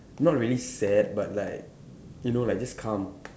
not really sad but like you know like just calm